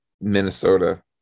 Minnesota